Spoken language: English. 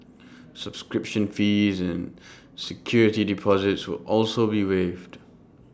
subscription fees and security deposits will also be waived